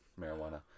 marijuana